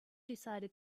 decided